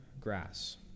grass